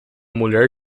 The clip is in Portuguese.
mulher